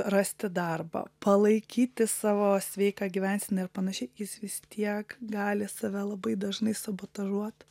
rasti darbą palaikyti savo sveiką gyvenseną ir panašiai jis vis tiek gali save labai dažnai sabotažuot